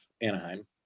Anaheim